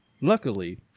Luckily